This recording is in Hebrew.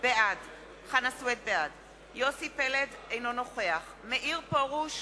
בעד יוסי פלד, אינו נוכח מאיר פרוש,